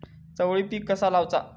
चवळी पीक कसा लावचा?